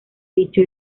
dicho